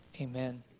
amen